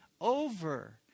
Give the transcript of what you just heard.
over